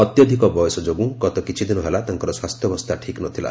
ଅତ୍ୟଧିକ ବୟସ ଯୋଗୁଁ ଗତ କିଛି ଦିନ ହେଲା ତାଙ୍କର ସ୍ୱାସ୍ଥ୍ୟବସ୍ଥା ଠିକ୍ ନଥିଲା